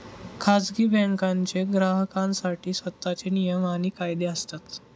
खाजगी बँकांचे ग्राहकांसाठी स्वतःचे नियम आणि कायदे असतात